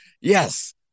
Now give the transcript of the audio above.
Yes